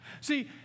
See